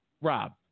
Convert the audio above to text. Rob